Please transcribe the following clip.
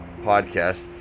podcast